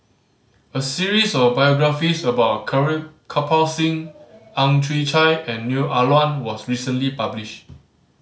a series of biographies about Kirpal Singh Ang Chwee Chai and Neo Ah Luan was recently published